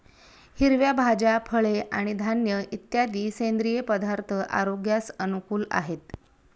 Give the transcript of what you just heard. हिरव्या भाज्या, फळे आणि धान्य इत्यादी सेंद्रिय पदार्थ आरोग्यास अनुकूल आहेत